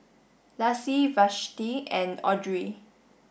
Lassie Vashti and Audrey